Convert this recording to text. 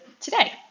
today